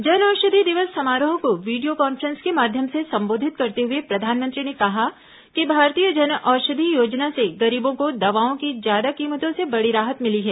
जन औषधि दिवस समारोह को वीडियो कांफ्रेंस के माध्यम से संबोधित करते हुए प्रधानमंत्री ने कहा कि भारतीय जन औषधि योजना से गरीबों को दवाओं की ज्यादा कीमतों से बड़ी राहत मिली है